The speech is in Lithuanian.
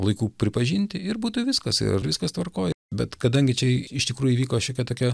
laiku pripažinti ir būtų viskas ir viskas tvarkoj bet kadangi čia iš tikrųjų įvyko šiokia tokia